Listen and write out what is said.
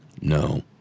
No